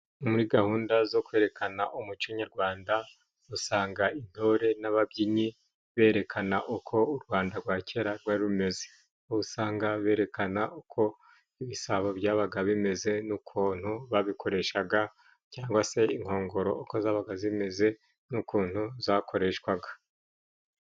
Muri gahunda zo kwerekana umuco nyarwanda, usanga intore n'ababyinnyi berekana uko u Rwanda rwa kera rwari rumeze usanga berekana uko ibisabo byabaga bimeze n'ukuntu babikoreshaga, cyangwa se inkongoro uko zabaga zimeze n'ukuntu zakoreshwaga.